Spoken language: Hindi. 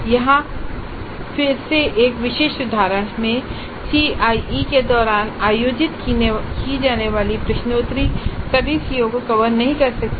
यहां फिर से एक विशिष्ट उदाहरण में सीआईई के दौरान आयोजित की जाने वाली प्रश्नोत्तरी सभी सीओ को कवर नहीं कर सकती हैं